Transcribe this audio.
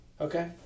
Okay